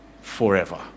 forever